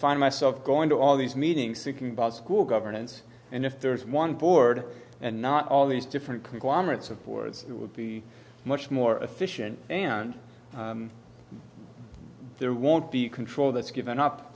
find myself going to all these meetings thinking about school governance and if there's one board and not all these different conglomerates of boards it would be much more efficient and there won't be control that's given up